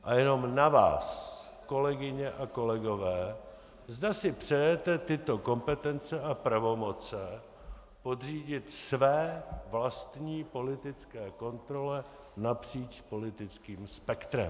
A je jenom na vás, kolegyně a kolegové, zda si přejete tyto kompetence a pravomoci podřídit své vlastní politické kontrole napříč politickým spektrem.